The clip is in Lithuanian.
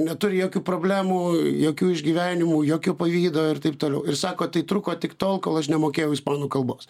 neturi jokių problemų jokių išgyvenimų jokio pavydo ir taip toliau ir sako tai truko tik tol kol aš nemokėjau ispanų kalbos